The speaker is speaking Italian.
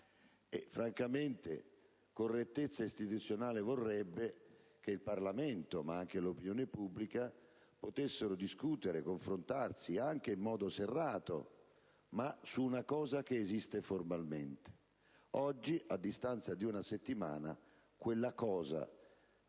Francamente, correttezza istituzionale vorrebbe che il Parlamento, ma anche l'opinione pubblica, potessero discutere, confrontarsi anche in modo serrato, ma su un testo che esiste formalmente. Oggi, a distanza di una settimana, quella